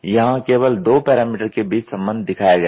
यहां केवल दो पैरामिटर के बीच संबंध दिखाया गया है